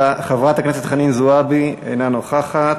חברת הכנסת חנין זועבי, אינה נוכחת,